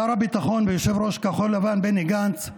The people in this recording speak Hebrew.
שר הביטחון ויושב-ראש כחול לבן בני גנץ,